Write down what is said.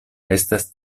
estas